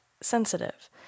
sensitive